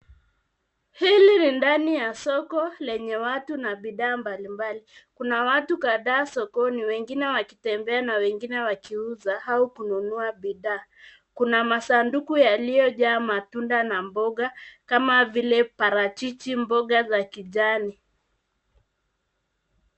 Hili ni ndani ya soko lenye watu na bidhaa mbalimbali. Kuna watu kadhaa sokoni wengine wakitembea na wengine wakiuza au kununua bidhaa. Kuna masanduku yaliyojaa mataunda na mboga kama vile parachichi, mboga za kijani.